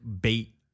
bait